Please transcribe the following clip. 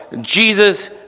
Jesus